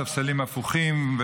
ספסלים הפוכים,